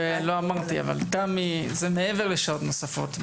לא אמרתי אבל תמי, זה מעבר לשעות נוספות.